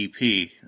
EP